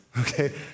okay